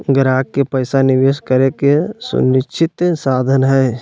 ग्राहक के पैसा निवेश करे के सुनिश्चित साधन हइ